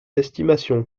estimations